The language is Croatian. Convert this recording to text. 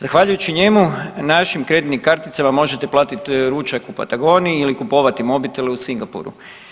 Zahvaljujući njemu našim kreditnim karticama možete platiti ručak u Patagoniji ili kupovati mobitele u Singapuru.